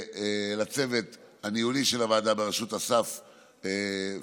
לצוות הניהולי של הוועדה, בראשות אסף פרידמן,